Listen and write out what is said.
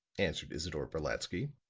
answered isidore brolatsky.